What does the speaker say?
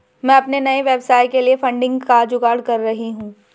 मैं अपने नए व्यवसाय के लिए फंडिंग का जुगाड़ कर रही हूं